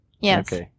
Yes